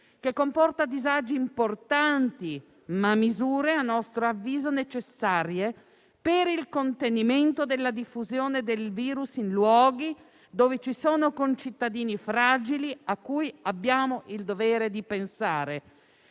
che comporta disagi importanti. Si tratta però di misure a nostro avviso necessarie per il contenimento della diffusione del virus in luoghi dove ci sono concittadini fragili a cui abbiamo il dovere di pensare.